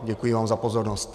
Děkuji vám za pozornost.